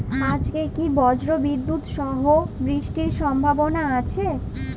আজকে কি ব্রর্জবিদুৎ সহ বৃষ্টির সম্ভাবনা আছে?